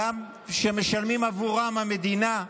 גם אם משלמת עבורם המדינה,